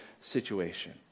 situation